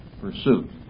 pursuit